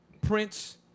Prince